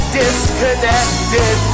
disconnected